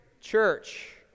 church